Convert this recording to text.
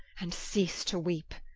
and cease to weepe.